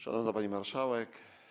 Szanowna Pani Marszałek!